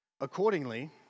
Accordingly